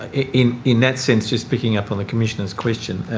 in in that sense, just picking up on the commissioner's question,